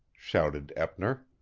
shouted eppner.